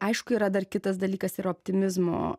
aišku yra dar kitas dalykas yra optimizmo